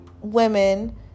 women